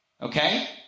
okay